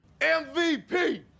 MVP